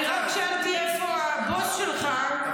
אני רק שאלתי איפה הבוס שלך,